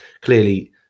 Clearly